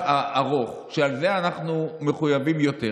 הארוך, לזה אנחנו מחויבים יותר.